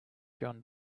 john